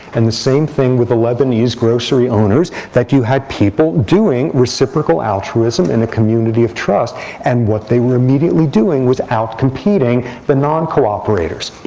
and the same thing with the lebanese grocery owners, that you had people doing reciprocal altruism in a community of and what they were immediately doing was out competing the non-cooperators.